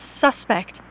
suspect